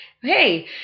Hey